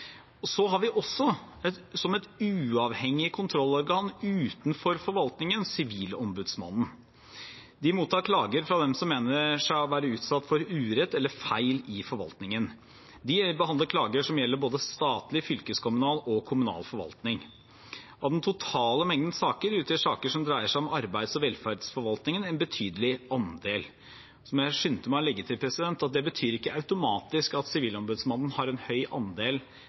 Så har vi også, som et uavhengig kontrollorgan utenfor forvaltningen, Sivilombudsmannen. De mottar klager fra dem som mener seg å være utsatt for urett eller feil i forvaltningen, og de behandler klager som gjelder både statlig, fylkeskommunal og kommunal forvaltning. Av den totale mengden saker utgjør saker som dreier seg om arbeids- og velferdsforvaltningen, en betydelig andel. Så må jeg skynde meg å legge til at det ikke automatisk betyr at Sivilombudsmannen har en høy andel